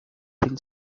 phil